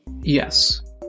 Yes